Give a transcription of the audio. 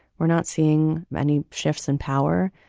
we're not seeing many shifts in power.